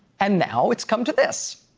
and now it's come to this.